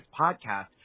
podcast